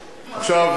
עכשיו,